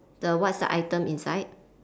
the what's the item inside